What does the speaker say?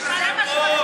תשאל את זה,